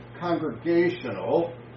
congregational